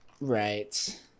Right